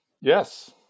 Yes